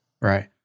right